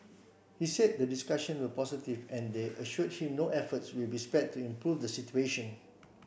he said the discussion were positive and they assured him no efforts will be spared to improve the situation